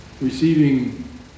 receiving